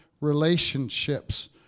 relationships